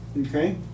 okay